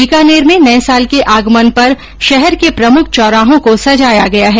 बीकानेर में नये साल के आगमन पर शहर के प्रमुख चौराहों को सजाया गया है